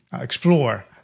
explore